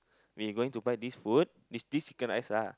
we going to buy this food this this chicken-rice ah